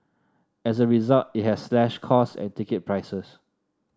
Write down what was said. as a result it has slashed costs and ticket prices